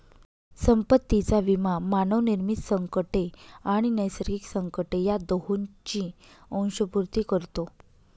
संपत्तीचा विमा मानवनिर्मित संकटे आणि नैसर्गिक संकटे या दोहोंची अंशपूर्ती करतो